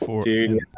Dude